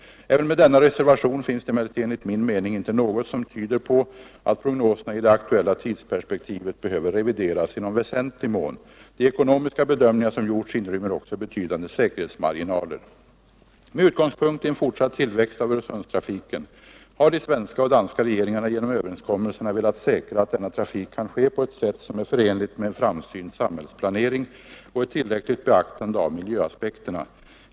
Även med denna reservation finns det emellertid enligt min mening inte något som tyder på att prognoserna i det aktuella tidsperspektivet behöver revideras i någon väsentlig mån. De ekonomiska bedömningar som gjorts inrymmer också betydande säkerhetsmarginaler. Med utgångspunkt i en fortsatt tillväxt av Öresundstrafiken har de svenska och danska regeringarna genom överenskommelserna velat säkra att denna trafik kan ske på ett sätt som är förenligt med en framsynt samhällsplanering och ett tillräckligt beaktande av miljöaspekterna.